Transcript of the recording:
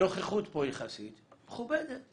הנוכחות פה יחסית מכובדת.